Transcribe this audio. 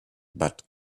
but